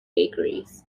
bakeries